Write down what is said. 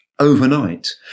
overnight